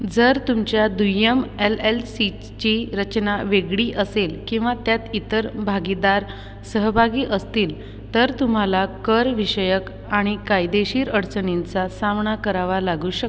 जर तुमच्या दुय्यम एल एल सीच ची रचना वेगळी असेल किंवा त्यात इतर भागीदार सहभागी असतील तर तुम्हाला करविषयक आणि कायदेशीर अडचणींचा सामना करावा लागू शकतो